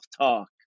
talk